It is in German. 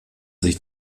sich